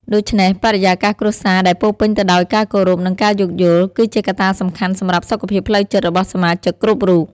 ដូច្នេះ បរិយាកាសគ្រួសារដែលពោរពេញទៅដោយការគោរព និងការយោគយល់ គឺជាកត្តាសំខាន់សម្រាប់សុខភាពផ្លូវចិត្តរបស់សមាជិកគ្រប់រូប។